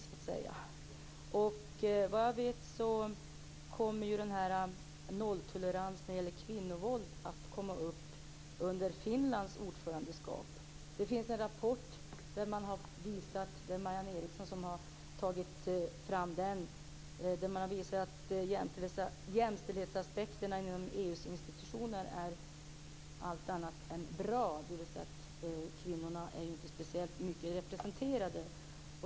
Såvitt jag vet kommer nolltolerans när det gäller kvinnovåld att komma upp under Finlands ordförandeskap. Det finns en rapport som visar att jämställdhetsaspekterna inom EU:s institutioner är allt annat än bra, dvs. att kvinnorna inte är speciellt mycket representerade.